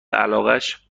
علاقش